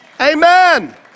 Amen